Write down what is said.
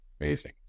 amazing